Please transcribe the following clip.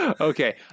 Okay